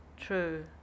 true